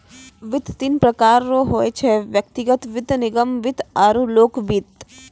वित्त तीन प्रकार रो होय छै व्यक्तिगत वित्त निगम वित्त आरु लोक वित्त